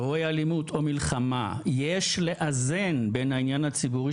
אירועי אלימות או מלחמה יש לאזן בין העניין הציבורי